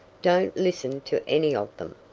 don't listen to any of them.